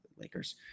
Lakers